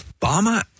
Obama